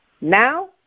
Now